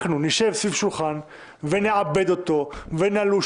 אנחנו נשב סביב שולחן ונעבד אותו ונלוש